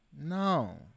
No